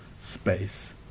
space